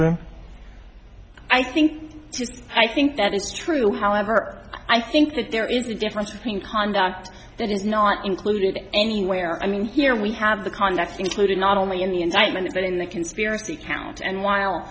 and i think i think that is true however i think that there is a difference between conduct that is not included anywhere i mean here we have the context included not only in the indictment but in the conspiracy count and while